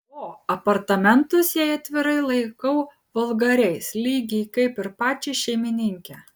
o apartamentus jei atvirai laikau vulgariais lygiai kaip ir pačią šeimininkę